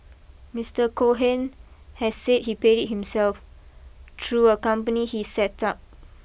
Mister Cohen has said he paid it himself through a company he set up